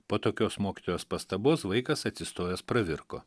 po tokios mokytojos pastabos vaikas atsistojęs pravirko